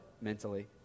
mentally